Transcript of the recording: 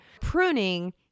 Pruning